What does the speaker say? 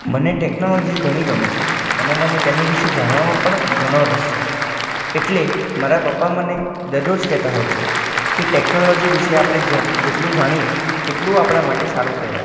મને ટેક્નોલોજી ઘણી ગમે છે અને મને તેની વિશે જાણવામાં પણ ઘણો રસ છે એટલે મારા પપ્પા મને દરરોજ કહેતા હોય છે કે ટેકનોલોજી વિશે આપણે જેટલું જાણીએ એટલું આપણા માટે સારું કહેવાય